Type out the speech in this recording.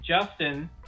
Justin